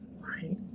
Right